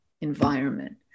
environment